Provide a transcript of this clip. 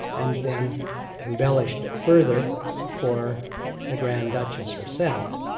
and then embellished it further for the grand duchess herself.